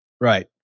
Right